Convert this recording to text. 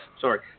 Sorry